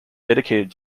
dedicated